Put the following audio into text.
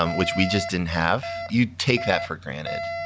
um which we just didn't have, you take that for granted.